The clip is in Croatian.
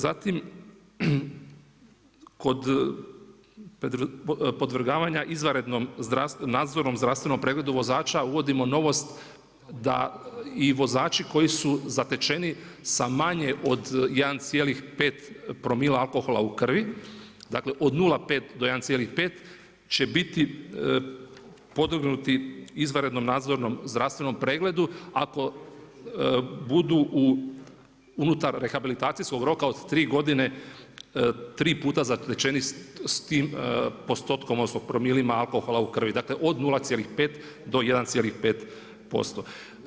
Zatim kod podvrgavanja izvanrednom nadzornom zdravstvenom pregledu vozača uvodimo novost da i vozači koji su zatečeni sa manje od 1,5 promila alkohola u krvi, dakle od 0,5 do 1,5 će biti podvrgnuti izvanrednom nadzornom zdravstvenom pregledu ako budu unutar rehabilitacijskog roka od 3 godine 3 puta zatečeni sa tim postotkom, odnosno promilima alkohola u krvi, dakle od 0,5 do 1,5%